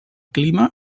clima